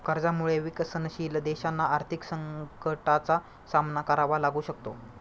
कर्जामुळे विकसनशील देशांना आर्थिक संकटाचा सामना करावा लागू शकतो